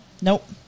Nope